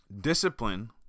Discipline